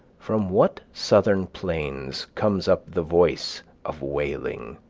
from what southern plains comes up the voice of wailing?